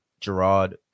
Gerard